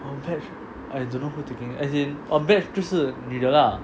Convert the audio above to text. our batch I don't know who taking as in our batch 就是你的 lah